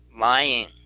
Lying